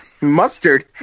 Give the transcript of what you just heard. mustard